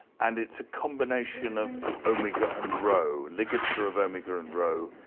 and it's a combination of omega and rho, ligature of omega and rho,